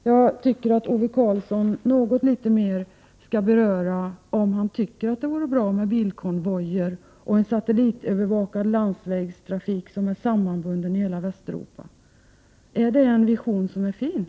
Jag tycker att Ove Karlsson något litet mer skall beröra om han tycker att det vore bra med bilkonvojer och en satellitövervakad landsvägstrafik, som sammanbinder hela Västeuropa. Är det en fin vision?